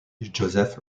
joseph